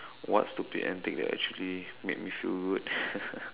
what stupid antic that actually made me feel good